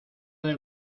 del